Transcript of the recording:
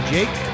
Jake